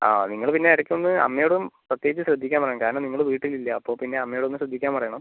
ആ നിങ്ങൾ പിന്നെ ഇടയ്ക്ക് ഒന്ന് അമ്മയോടും പ്രത്യേകിച്ച് ശ്രദ്ധിക്കാൻ പറയുക കാരണം നിങ്ങൾ വീട്ടിൽ ഇല്ല അപ്പോൾ പിന്നെ അമ്മയോട് ഒന്ന് ശ്രദ്ധിക്കാൻ പറയണം